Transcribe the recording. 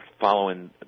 following